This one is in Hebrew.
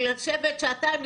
לשבת שעתיים,